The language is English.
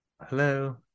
hello